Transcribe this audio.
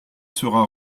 sera